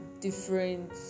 different